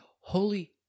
Holy